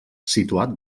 situat